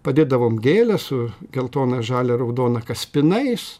padėdavom gėles su geltona žalia raudona kaspinais